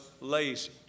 lazy